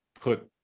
put